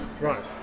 Right